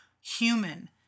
human